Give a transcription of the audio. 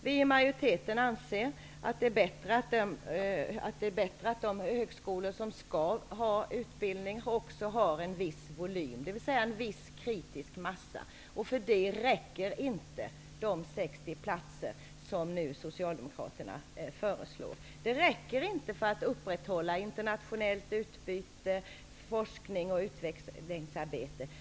Vi i majoriteten anser att det är bättre att de högskolor som skall ha utbildning också har en viss volym, dvs. en viss kritisk massa. Då räcker inte de 60 platser som Socialdemokraterna föreslår. Det räcker inte för att upprätthålla internationellt utbyte och forsknings och utvecklingsarbete.